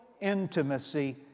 intimacy